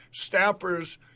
staffers